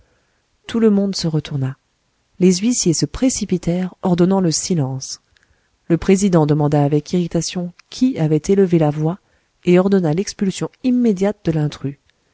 tout le monde se retourna les huissiers se précipitèrent ordonnant le silence le président demanda avec irritation qui avait élevé la voix et ordonna l'expulsion immédiate de l'intrus